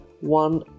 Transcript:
one